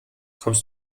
kommst